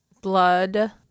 Blood